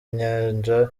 inyanja